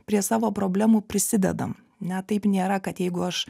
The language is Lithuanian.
prie savo problemų prisidedam ne taip nėra kad jeigu aš